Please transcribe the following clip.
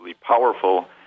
powerful